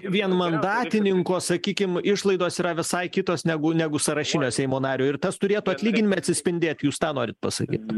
vienmandatininko sakykim išlaidos yra visai kitos negu negu sąrašinio seimo nario ir tas turėtų atlyginime atsispindėt jūs tą norit pasakyt